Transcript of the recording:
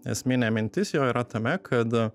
esminė mintis jo yra tame kad